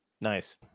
Nice